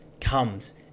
comes